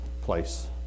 place